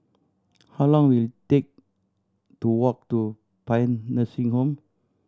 how long will it take to walk to Paean Nursing Home